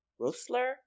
Roessler